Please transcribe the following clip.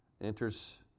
enters